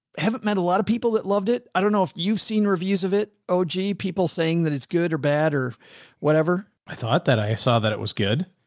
haven't met a lot of people that loved it. i don't know if you've seen reviews of it. oh, gee. people saying that it's good or bad or whatever. i thought that i saw that it was good.